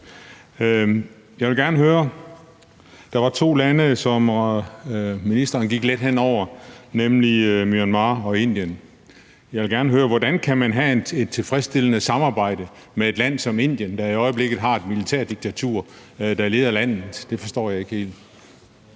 at få mange gange. Der var to lande, som ministeren gik let hen over, nemlig Myanmar og Indien. Jeg vil gerne høre, hvordan man kan have et tilfredsstillende samarbejde med et land som Indien, der i øjeblikket har et militært diktatur, der leder landet. Det forstår jeg ikke helt.